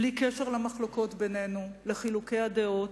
בלי קשר למחלוקות בינינו, לחילוקי הדעות,